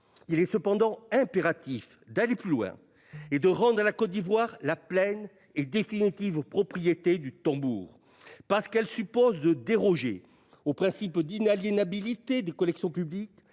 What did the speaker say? Il est cependant impératif d'aller plus loin et de rendre à la Côte d'Ivoire la pleine et définitive propriété du tambour, parce qu'elle suppose de déroger, au principe d'inaliénabilité des collections publiques,